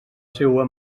seua